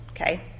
okay